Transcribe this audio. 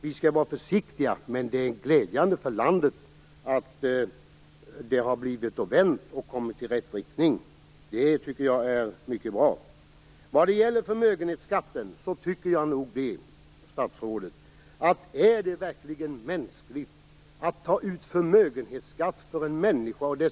Vi skall vara försiktiga, men det är glädjande för landet att det har vänt och går i rätt riktning. Jag tycker att det är mycket bra. Är det verkligen mänskligt, statsrådet, att ta ut förmögenhetsskatt på boendet av en människa?